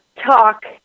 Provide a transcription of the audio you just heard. talk –